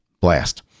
blast